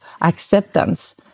acceptance